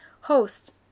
host